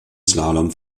slalom